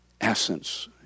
essence